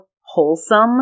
wholesome